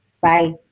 bye